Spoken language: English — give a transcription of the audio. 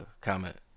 comment